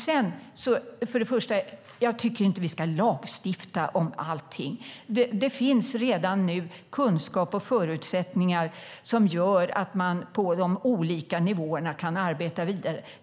Jag tycker inte att vi ska lagstifta om allt. Det finns redan nu kunskap och förutsättningar som gör att man kan arbeta vidare på de olika nivåerna.